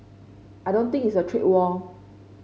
I don't think it's a trade war